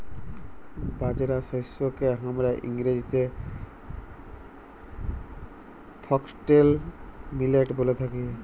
বাজরা শস্যকে হামরা ইংরেজিতে ফক্সটেল মিলেট ব্যলে থাকি